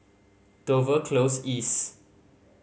Dover Close East